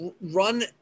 run –